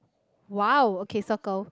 !wow! okay circle